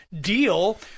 deal